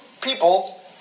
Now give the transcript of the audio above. people